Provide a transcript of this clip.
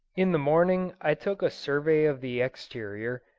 in the morning i took a survey of the exterior,